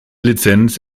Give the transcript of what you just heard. lizenz